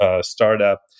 startup